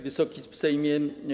Wysoki Sejmie!